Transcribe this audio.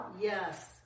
Yes